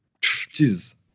Jesus